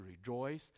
rejoice